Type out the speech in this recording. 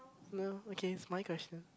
no okay it's my question